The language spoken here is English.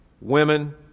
women